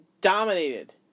dominated